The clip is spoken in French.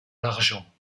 l’argent